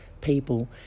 people